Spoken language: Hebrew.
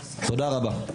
תודה רבה.